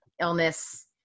illness